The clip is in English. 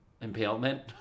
Impalement